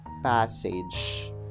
passage